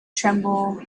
tremble